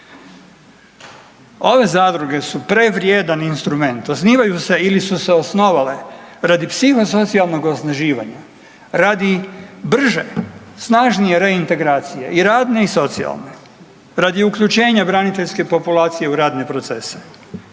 Ove Zadruge su prevrijedan instrument, osnivaju se ili su se osnovale radi psiho-socijalnog osnaživanje, radi brže, snažnije reintegracije i radne i socijalne, radi uključenja braniteljske populacije u radne procese.